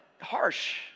harsh